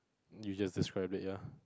you just describe it ya